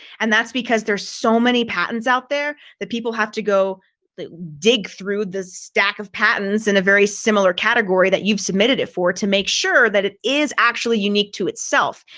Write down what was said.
and that's because there's so many patents out there that people have to go dig through the stack of patents in a very similar category that you've submitted it for to make sure that it is actually unique to itself.